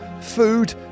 food